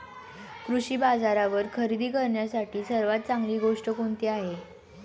कृषी बाजारावर खरेदी करण्यासाठी सर्वात चांगली गोष्ट कोणती आहे?